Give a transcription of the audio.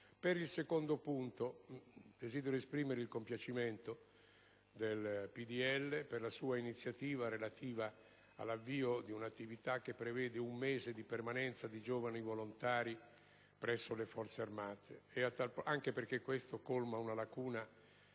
Desidero inoltre esprimere il compiacimento del PdL per la sua iniziativa relativa all'avvio di un'attività che prevede un mese di permanenza di giovani volontari presso le Forze armate, anche perché ciò colma una lacuna